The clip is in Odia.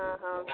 ହଁ ହଁ